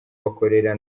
bakorera